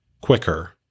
quicker